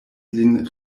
lin